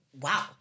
Wow